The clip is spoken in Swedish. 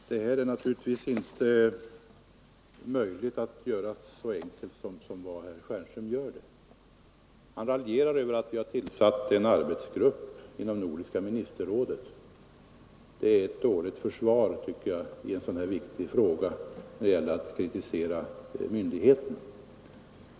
Herr talman! Det är inte riktigt att göra denna sak till något så enkelt som herr Stjernström gör. Han raljerar över att vi har tillsatt en arbetsgrupp inom nordiska ministerrådet. Det är ett dåligt försvar, tycker jag, i ett sådant här viktigt ärende att på det sättet kritisera myndigheter.